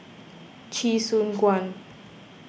Chee Soon Juan